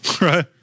right